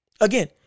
Again